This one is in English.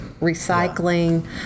recycling